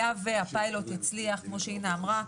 היה והפיילוט יצליח, כמו שאינה אמרה,